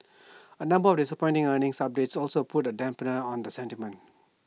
A number of disappointing earnings subjects also put A dampener on the sentiment